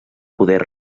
poder